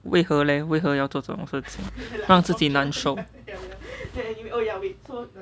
为何嘞为何要做这种事让自己难受